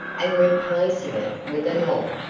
and replacing it with a nod.